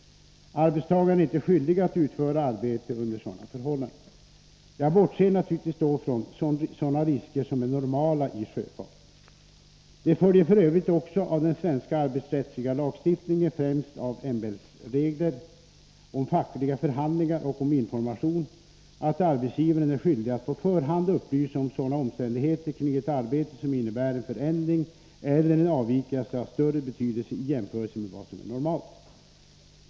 Arbetstagarna är inte skyldiga att utföra arbete under sådana förhållanden. Jag bortser naturligtvis då från sådana risker som är normala i sjöfarten. Det följer f. ö. också av den svenska arbetsrättsliga lagstiftningen, främst av MBL:s regler om fackliga förhandlingar och om information, att arbetsgivaren är skyldig att på förhand upplysa om sådana omständigheter kring ett arbete som innebär en förändring eller en avvikelse av större betydelse i jämförelse med vad som är normalt.